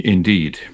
Indeed